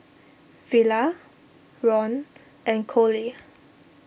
Villa Ron and Coley